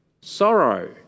sorrow